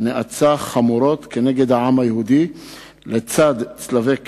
נאצה חמורות נגד העם היהודי לצד צלבי קרס.